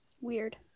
weird